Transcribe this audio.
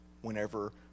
whenever